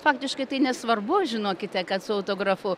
faktiškai tai nesvarbu žinokite kad su autografu